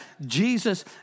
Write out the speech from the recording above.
Jesus